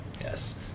Yes